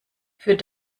für